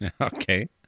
okay